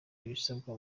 ibisabwa